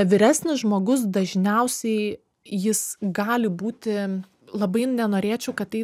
vyresnis žmogus dažniausiai jis gali būti labai nenorėčiau kad tai